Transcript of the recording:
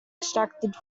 extracted